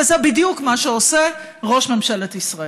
וזה בדיוק מה שעושה ראש ממשלת ישראל.